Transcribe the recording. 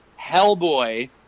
Hellboy